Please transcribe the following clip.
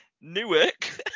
Newark